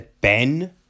Ben